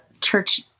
church